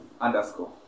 underscore